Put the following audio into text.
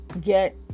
get